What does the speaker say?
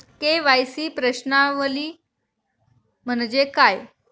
KYC प्रश्नावली म्हणजे काय?